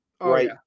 right